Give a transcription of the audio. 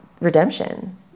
redemption